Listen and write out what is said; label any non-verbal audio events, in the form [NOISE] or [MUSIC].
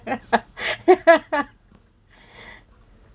[LAUGHS]